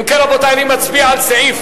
אם כן, רבותי, נצביע על סעיף